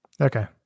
Okay